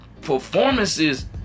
performances